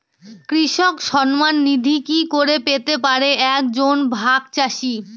কৃষক সন্মান নিধি কি করে পেতে পারে এক জন ভাগ চাষি?